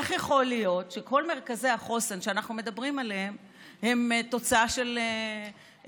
איך יכול להיות שכל מרכזי החוסן שאנחנו מדברים עליהם הם תוצאה של תקצוב